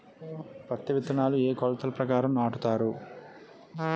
పత్తి విత్తనాలు ఏ ఏ కొలతల ప్రకారం నాటుతారు?